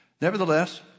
Nevertheless